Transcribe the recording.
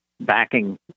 backing